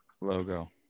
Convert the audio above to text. logo